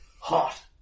Hot